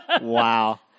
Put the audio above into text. Wow